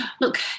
look